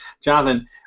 Jonathan